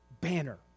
banner